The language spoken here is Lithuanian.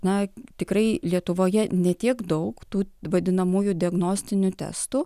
na tikrai lietuvoje ne tiek daug tų vadinamųjų diagnostinių testų